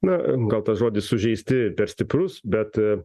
na gal tas žodis sužeisti per stiprus bet